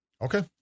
Okay